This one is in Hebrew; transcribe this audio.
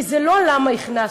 כי זה לא למה הכנסנו,